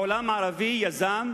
העולם הערבי יזם,